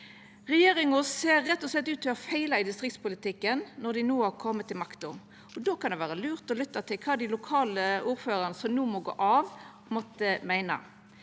Regjeringa ser rett og slett ut til å feila i distriktspolitikken når dei no har kome til makta. Då kan det vera lurt å lytta til kva dei lokale ordførarane som no må gå av, måtte meina.